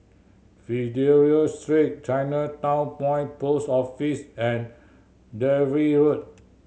Fidelio Street Chinatown Point Post Office and Dalvey Road